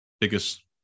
biggest